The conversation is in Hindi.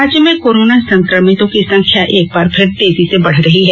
राज्य में कोरोना संक्रमितों की संख्या एक बार फिर तेजी से बढ़ रही है